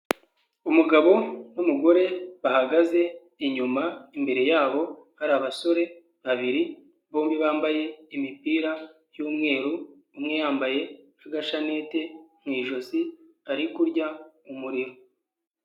Umugabo n'umugore bahagaze inyuma, imbere yabo hari abasore babiri bombi bambaye imipira y'umweru, umwe yambaye n'agashaneti mu ijosi ari kurya umuriro.